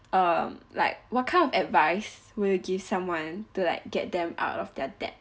um like what kind of advice will you give someone to like get them out of their debt